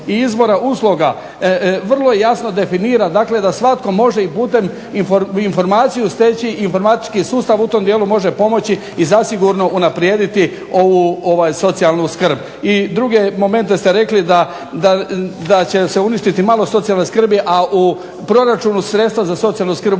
i izbora usluga vrlo jasno definira da svatko može i putem informacije steći i informatički sustav u tome dijelu može pomoći i zasigurno unaprijediti socijalnu skrb. I druge momente ste rekli da će se uništiti malo socijalne skrbi, a u proračunu sredstva za socijalnu skrb